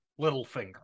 Littlefinger